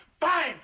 Fine